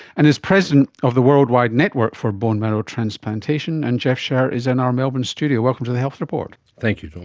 and is president of the worldwide network for bone marrow transplantation. and jeff szer is in our melbourne studio. welcome to the health report. thank you norman.